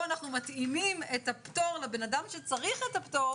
אנחנו מתאימים את הפטור לבן-אדם שצריך את הפטור,